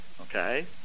Okay